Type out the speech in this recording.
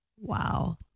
Wow